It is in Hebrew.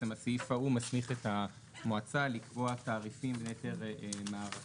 הסעיף ההוא מסמיך את המועצה לקבוע תעריפים יותר מערכתיים